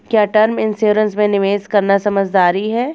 क्या term insurance में निवेश करना समझदारी है?